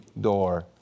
door